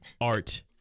art